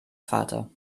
vater